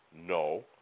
No